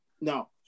No